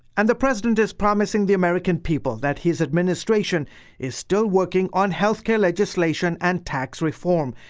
and the president is promising the american people that his administration is still working on health care legislation and tax reform.